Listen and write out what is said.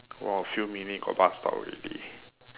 walk a few minute got bus stop already